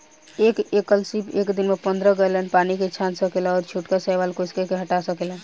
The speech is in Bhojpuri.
एक एकल सीप एक दिन में पंद्रह गैलन पानी के छान सकेला अउरी छोटका शैवाल कोशिका के हटा सकेला